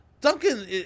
Duncan